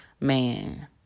man